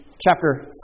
chapter